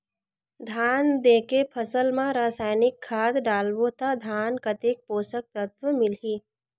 धान देंके फसल मा रसायनिक खाद डालबो ता धान कतेक पोषक तत्व मिलही?